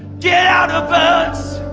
yeah out of us,